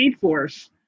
force